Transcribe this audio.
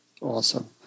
awesome